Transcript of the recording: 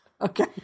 Okay